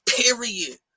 period